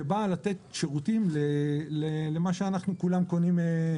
ונתנה שירותים למה שכולנו קונים,